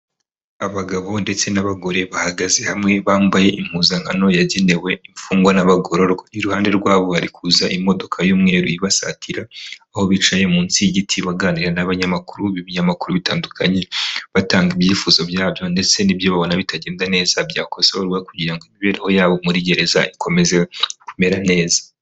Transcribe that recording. Abagabo ndetse n'abagore bahagaze hamwe bambaye impuzankano yagenewe imfungwa n'abagororwa, iruhande rwabo hari kuza imodoka y'umweru ibasatira, aho bicaye munsi y'igiti baganira n'abanyamakuru b'ibinyamakuru bitandukanye batanga ibyifuzo byabo ndetse n'ibyo babona bitagenda neza byakosorwa kugira ngo imibereho yabo muri gereza ikomeze kumera neza.